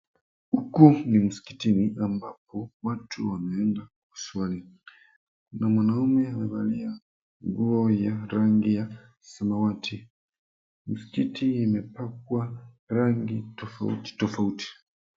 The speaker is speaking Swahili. Huku ni msikitini ambapo watu wameenda kuswali. Kuna mwanaume amevalia nguo ya rangi ya samawati. Msikiti imepakwa rangi tofauti tofauti.